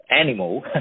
animal